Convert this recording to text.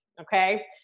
okay